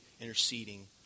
interceding